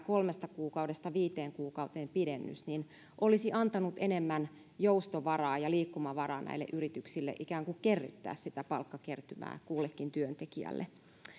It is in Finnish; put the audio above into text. kolmesta kuukaudesta viiteen kuukauteen olisi antanut enemmän joustovaraa ja liikkumavaraa näille yrityksille ikään kuin kerryttää sitä palkkakertymää kullekin työntekijälle